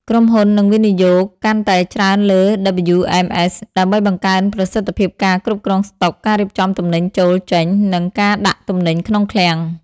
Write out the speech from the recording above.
ក្រុមហ៊ុននឹងវិនិយោគកាន់តែច្រើនលើ WMS ដើម្បីបង្កើនប្រសិទ្ធភាពការគ្រប់គ្រងស្តុក ការរៀបចំទំនិញចូល-ចេញ និងការដាក់ទំនិញក្នុងឃ្លាំង។